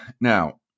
Now